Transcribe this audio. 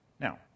Now